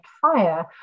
fire